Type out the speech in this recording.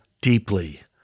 deeply